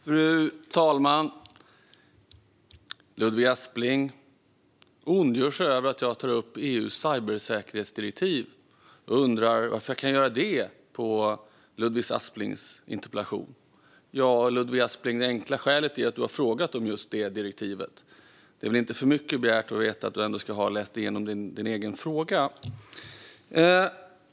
Fru talman! Ludvig Aspling ondgör sig över att jag tar upp EU:s cybersäkerhetsdirektiv och undrar varför jag kan göra det i ett svar på hans interpellation. Ja, Ludvig Aspling, det enkla skälet är att du har frågat om just det direktivet. Det är väl inte för mycket begärt att du ändå ska ha läst igenom din egen fråga?